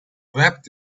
wept